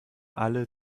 alle